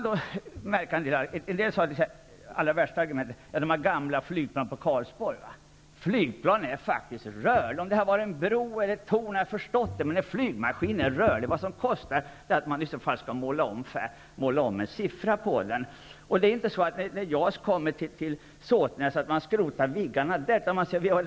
Det värsta argumentet i detta sammanhang är när man talar om ''de där gamla flygplanen i Karlsborg''. Flygplan är faktiskt rörliga. Om det hade gällt en bro eller ett torn hade jag förstått argumentet, men det som kostar på det rörliga flygplanet är på sin höjd att måla om en siffra på det. När JAS kommer till Sotenäs skrotar man inte Viggenplanen där.